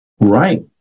Right